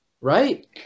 Right